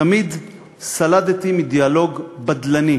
תמיד סלדתי מדיאלוג בדלני.